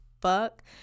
fuck